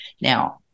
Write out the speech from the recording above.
now